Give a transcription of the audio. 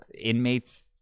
inmates